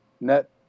net